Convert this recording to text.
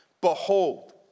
behold